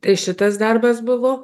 tai šitas darbas buvo